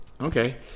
Okay